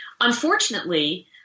Unfortunately